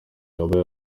yaba